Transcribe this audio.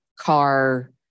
car